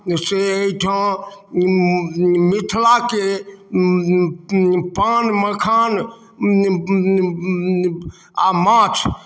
से एहिठाँ मिथिलाके पान मखान आ माछ